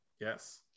Yes